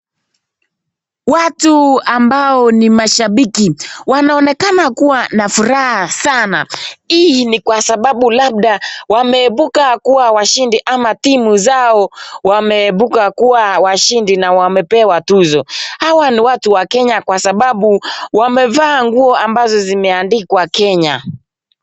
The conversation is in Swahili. Watu ambao ni mashambiki wanaonekana kuwa na furaha sana hii ni kwa sababu labda wameibuka kuwa washindi ama timu zao wameibuka kuwa washindi na wamepewa tuzo. Hawa ni watu wa Kenya kwa sababu wamevaa nguo ambazo zimeandikwa Kenya.